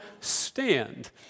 stand